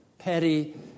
petty